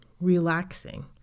relaxing